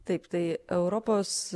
taip tai europos